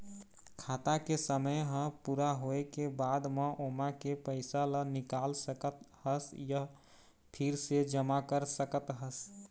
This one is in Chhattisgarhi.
खाता के समे ह पूरा होए के बाद म ओमा के पइसा ल निकाल सकत हस य फिर से जमा कर सकत हस